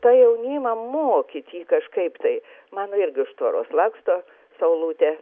tą jaunimą mokyti kažkaip tai mano irgi už tvoros laksto saulutė